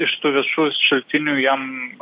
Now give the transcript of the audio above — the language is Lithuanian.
iš tų viešųjų šaltinių jam